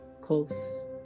close